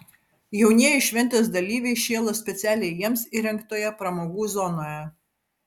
jaunieji šventės dalyviai šėlo specialiai jiems įrengtoje pramogų zonoje